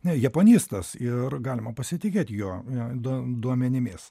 ne japonistas ir galima pasitikėti jo duo duomenimis